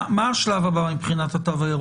מה השלב הבא מבחינת התו הירוק.